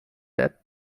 that